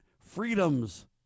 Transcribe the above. freedoms